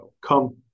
come